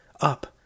Up